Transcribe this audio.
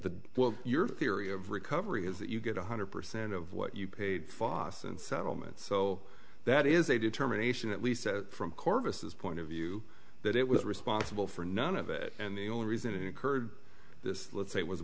the well your theory of recovery is that you get one hundred percent of what you paid and settlements so that is a determination at least from corvus as point of view that it was responsible for none of it and the only reason it incurred this let's say it was a